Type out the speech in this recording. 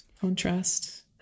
contrast